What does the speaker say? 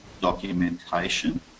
documentation